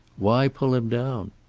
why pull him down?